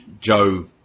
Joe